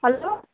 hello